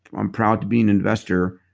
i'm proud to be an investor,